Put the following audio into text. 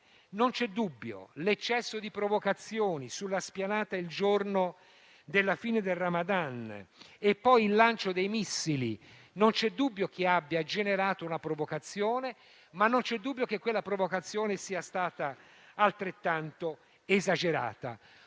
Non c'è dubbio che l'eccesso di provocazioni sulla Spianata delle Moschee il giorno della fine del Ramadan e poi il lancio dei missili abbiano generato una provocazione; ma non c'è dubbio che quella provocazione sia stata altrettanto esagerata.